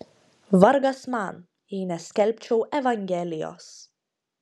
vargas man jei neskelbčiau evangelijos